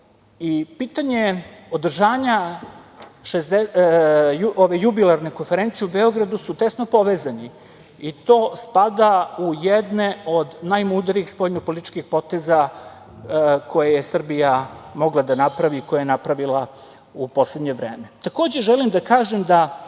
i pitanje održavanja jubilarne konferencije u Beogradu tesno povezani, i to spada u jedan od najmudrijih spoljnopolitičkih poteza koje je Srbija mogla da napravi i koje je napravila u poslednje vreme. Takođe, želim da kažem da